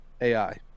AI